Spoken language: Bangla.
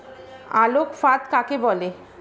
আলোক ফাঁদ কাকে বলে?